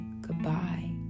goodbye